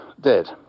dead